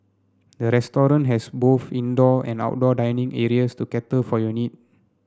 the restaurant has both indoor and outdoor dining areas to cater for your need